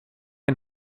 and